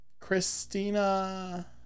Christina